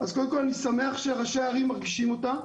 אז קודם כל אני שמח שראשי הערים מרגישים אותה.